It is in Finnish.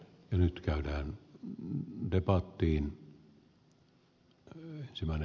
tässä ehkä ministerin alustuspuheenvuoro